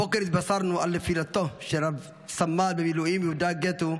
הבוקר התבשרנו על נפילתו שלו סמל במילואים יהודה גטו,